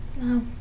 No